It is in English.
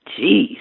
Jeez